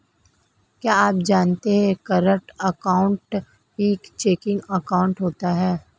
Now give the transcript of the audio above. क्या आप जानते है करंट अकाउंट ही चेकिंग अकाउंट होता है